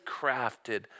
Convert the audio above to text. crafted